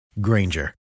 Granger